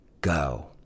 go